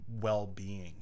well-being